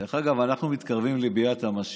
דרך אגב, אנחנו מתקרבים לביאת המשיח,